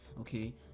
Okay